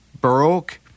Baroque